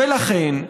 ולכן,